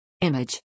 Image